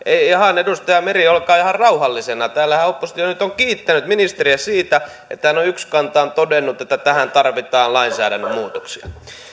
edustaja meri olkaa ihan rauhallisena täällähän oppositio nyt on kiittänyt ministeriä siitä että hän on yksikantaan todennut että tähän tarvitaan lainsäädännön muutoksia